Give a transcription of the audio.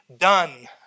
done